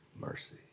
Mercy